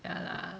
ya lah